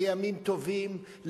בימים טובים,